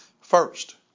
first